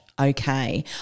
okay